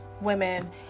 women